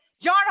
John